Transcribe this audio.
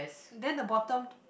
then the bottom